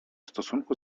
stosunku